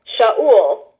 Sha'ul